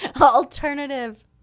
alternative